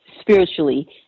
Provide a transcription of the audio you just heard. spiritually